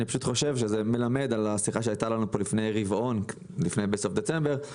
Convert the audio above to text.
אני חושב שזה מלמד על השיחה שהיתה לנו פה בסוף דצמבר לפני רבעון,